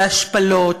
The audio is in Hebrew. להשפלות,